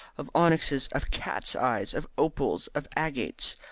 of onyxes, of cats'-eyes, of opals, of agates,